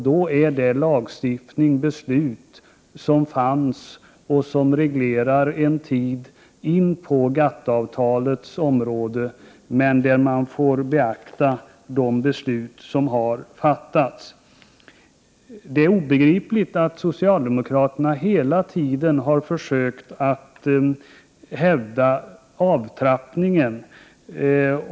Då är det den lagstiftningen som reglerar förhållandena en tid in på GATT-avtalets område, men man får också beakta de beslut som har fattats sedan. Det är obegripligt att socialdemokraterna hela tiden har försökt att hävda avtrappningen.